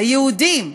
היהודים,